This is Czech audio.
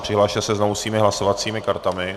Přihlaste se znovu svými hlasovacími kartami.